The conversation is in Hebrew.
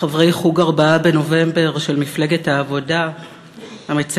חברי "חוג ה-4 בנובמבר" של מפלגת העבודה המציינים